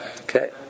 Okay